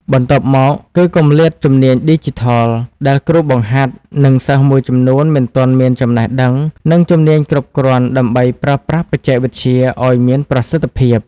បន្ទាប់មកគឺ គម្លាតជំនាញឌីជីថល ដែលគ្រូបង្ហាត់ និងសិស្សមួយចំនួនមិនទាន់មានចំណេះដឹង និងជំនាញគ្រប់គ្រាន់ដើម្បីប្រើប្រាស់បច្ចេកវិទ្យាឱ្យមានប្រសិទ្ធភាព។